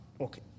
Okay